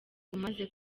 umaze